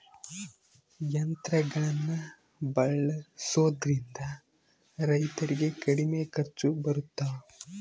ಯಂತ್ರಗಳನ್ನ ಬಳಸೊದ್ರಿಂದ ರೈತರಿಗೆ ಕಡಿಮೆ ಖರ್ಚು ಬರುತ್ತಾ?